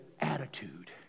attitude